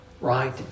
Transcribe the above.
right